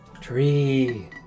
Tree